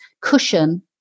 cushion